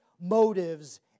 motives